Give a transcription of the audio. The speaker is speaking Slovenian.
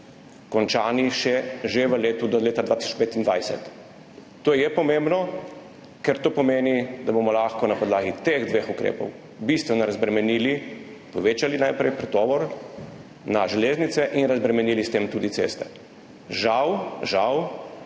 končane že do leta 2025. To je pomembno, ker to pomeni, da bomo lahko na podlagi teh dveh ukrepov bistveno razbremenili, najprej povečali pretovor na železnice in razbremenili s tem tudi ceste. Žal žal